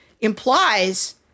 implies